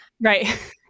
Right